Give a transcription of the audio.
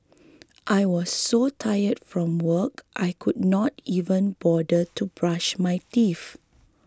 I was so tired from work I could not even bother to brush my teeth